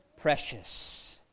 precious